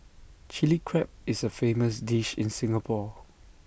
Chilli Crab is A famous dish in Singapore